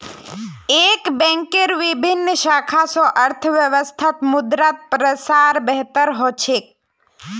एक बैंकेर विभिन्न शाखा स अर्थव्यवस्थात मुद्रार प्रसार बेहतर ह छेक